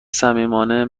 صمیمانه